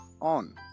on